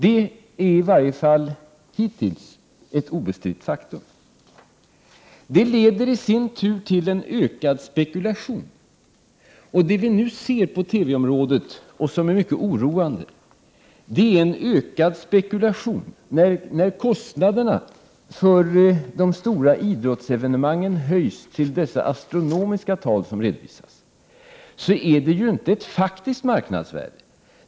Det är i varje fall hittills ett obestritt faktum. Det leder i sin tur till en ökad spekulation. Det vi nu ser på TV-området, och som är mycket oroande, är en ökad spekulation. När kostnaderna för de stora idrottsevenemangen höjs till dessa astronomiska tal som redovisas är det inte ett faktiskt marknadsvärde.